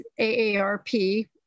AARP